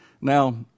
Now